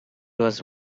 was